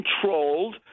controlled